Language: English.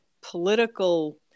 Political